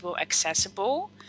accessible